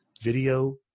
Video